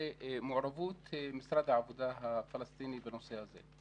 מעורבות משרד העבודה הפלסטיני בנושא הזה.